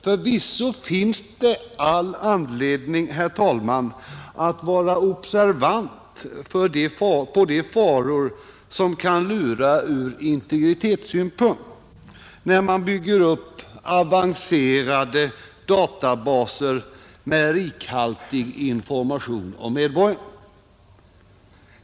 Förvisso finns det all anledning, herr talman, att vara observant på de faror som kan lura ur integritetssynpunkt, när man bygger upp avancerade databaser med rikhaltig information om medborgarna.